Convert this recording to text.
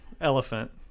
Elephant